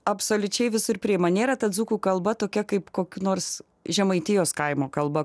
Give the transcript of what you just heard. absoliučiai visur priima nėra ta dzūkų kalba tokia kaip kokiu nors žemaitijos kaimo kalba